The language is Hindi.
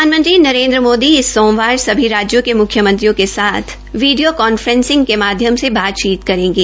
प्रधानमंत्री नरेन्द्र मोदी इस सोमवार सभी राज्यों के म्ख्यमंत्रियों के साथ वीडियो कांफ्रेसिंग के माध्यम से बातचीत करेंगे